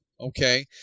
Okay